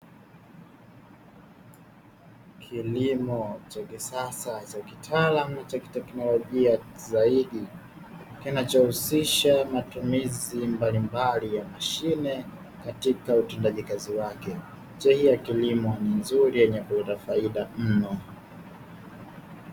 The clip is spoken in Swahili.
Kilimo cha kisasa cha kitaalamu cha kiteknolojia zaidi, kinachohusisha matumizi mbalimbali ya mashine katika utendaji kazi wake. Njia hii ya kilimo ni nzuri yenye kuleta faida mno.